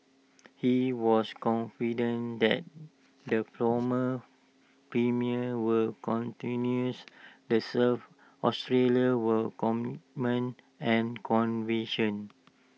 he was confident that the former premier will continues the serve Australia will comment and conviction